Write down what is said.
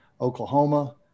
Oklahoma